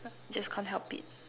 just can't help it